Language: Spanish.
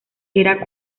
era